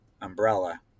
umbrella